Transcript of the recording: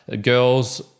girls